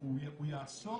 הוא יעסוק